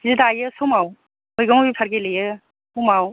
जि दायो फुङाव मैगं बेफार गेलेयो फुङाव